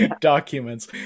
documents